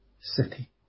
city